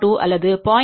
02" அல்லது 0